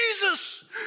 Jesus